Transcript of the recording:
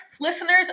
listeners